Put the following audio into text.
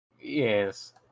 Yes